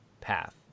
path